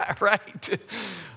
right